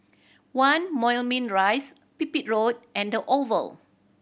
One Moulmein Rise Pipit Road and The Oval